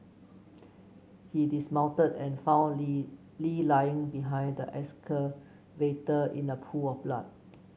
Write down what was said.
he dismounted and Lee Lee lying behind the excavator in a pool of blood